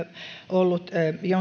ollut